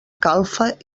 calfa